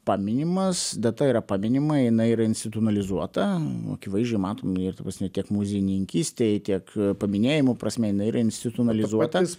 paminimas data yra paminama jinai yra institunalizuota akivaizdžiai matomi ir ta prasme tiek muziejininkystėj tiek paminėjimų prasme jinai yra institunalizuota